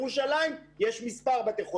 בירושלים יש מספר בתי חולים,